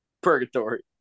Purgatory